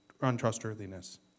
untrustworthiness